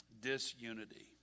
Disunity